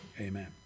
Amen